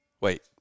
Wait